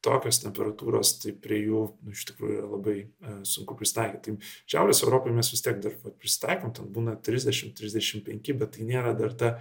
tokios temperatūros tai prie jų iš tikrųjų yra labai sunku prisitaikyt tai šiaurės europoj mes vis tiek dar va prisitaikom ten būna trisdešimt trisdešimt penki bet tai nėra dar ta